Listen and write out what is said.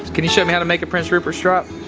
can you show me how to make a prince rupert's drop?